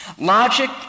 Logic